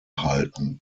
halten